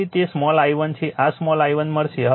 તેથી તે small i1 છે આ સ્મોલ i1 મળશે